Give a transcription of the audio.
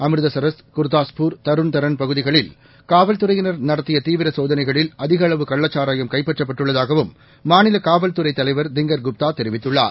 அமிர்தசரஸ் குர்தாஸ்பூர் தருண்தரன்பகுதிகளில்காவல்துறையினர்நடத்தியதீவிரசோ தனைகளில்அதிகஅளவுகள்ளச்சாராயம்கைப்பற்றப்பட்டுள்ள தாகவும்மாநிலகாவல்துறைதலைவர்திங்கர்குப்தாதெரிவித்து ள்ளார்